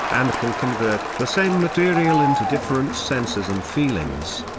and can convert the same material into different senses and feelings.